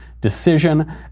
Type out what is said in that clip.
decision